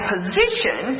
position